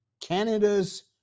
canada's